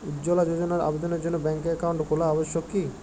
উজ্জ্বলা যোজনার আবেদনের জন্য ব্যাঙ্কে অ্যাকাউন্ট খোলা আবশ্যক কি?